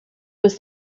was